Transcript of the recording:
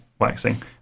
waxing